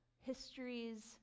histories